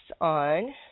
on